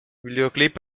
videoclip